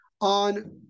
on